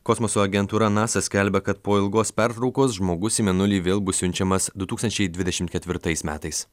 kosmoso agentūra nasa skelbia kad po ilgos pertraukos žmogus į mėnulį vėl bus siunčiamas du tūkstančiai dvidešimt ketvirtais metais